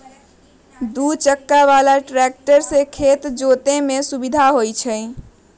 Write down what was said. दू चक्का बला ट्रैक्टर से खेत जोतय में सुविधा होई छै